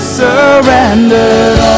surrendered